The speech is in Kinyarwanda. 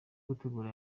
gutegura